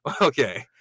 Okay